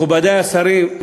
מכובדי השרים,